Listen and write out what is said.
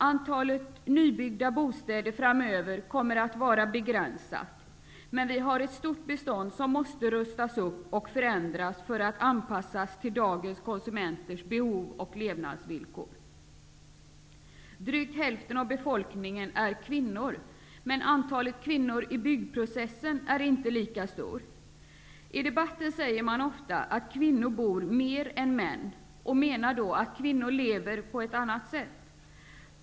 Antalet nybyggda bostäder framöver kommer att vara begränsat. Men vi har ett stort bestånd som måste rustas upp och förändras för att anpassas till dagens konsumenters behov och levnadsvillkor. Drygt hälften av befolkningen är kvinnor. Men antalet kvinnor i byggprocessen är inte lika stort. I debatten säger man ofta att kvinnor bor mer än män, och man menar då att kvinnor lever på ett annat sätt.